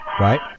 right